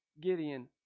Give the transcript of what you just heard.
Gideon